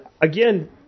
again